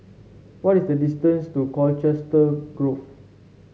what is the distance to Colchester Grove